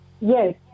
Yes